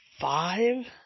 five